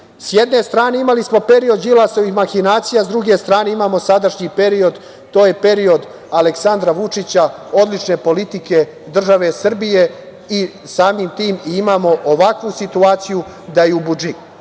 jedne strane imali smo period Đilasovih mahinacija, s druge strane imamo sadašnji period, to je period Aleksandra Vučića, države Srbije i samim tim imamo i ovakvu situaciju da u